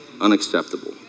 Unacceptable